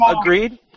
Agreed